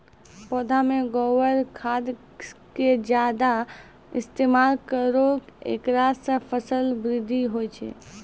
पौधा मे गोबर खाद के ज्यादा इस्तेमाल करौ ऐकरा से फसल बृद्धि होय छै?